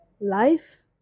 Life